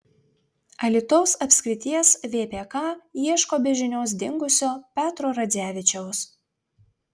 alytaus apskrities vpk ieško be žinios dingusio petro radzevičiaus